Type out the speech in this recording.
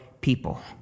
people